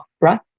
right